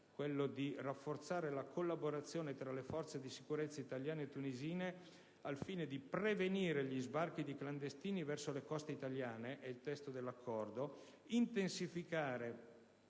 quello di rafforzare la collaborazione tra le forze di sicurezza italiane e tunisine al fine di prevenire gli sbarchi di clandestini verso le coste italiane (è quanto si legge nel testo dell'accordo), intensificare